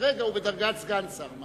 וכרגע הוא בדרגת סגן שר.